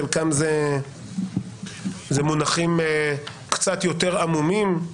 חלקם זה מונחים קצת יותר עמומים,